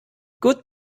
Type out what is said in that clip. good